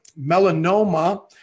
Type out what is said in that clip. melanoma